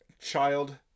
child